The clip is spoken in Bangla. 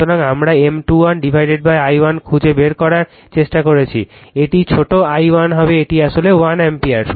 সুতরাং আমরা M21 i1 খুঁজে বের করার চেষ্টা করছি এটি ছোট i1 হবে এটি আসলে 1 অ্যাম্পিয়ার